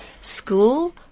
school